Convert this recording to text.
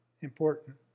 important